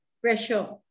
pressure